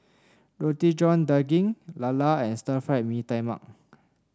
Roti John Daging lala and Stir Fried Mee Tai Mak